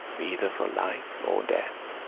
either for life or death,